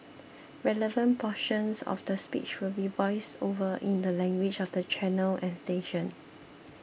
relevant portions of the speech will be voiced over in the language of the channel and station